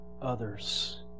others